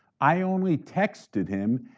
i only texted him,